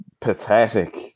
pathetic